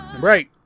Right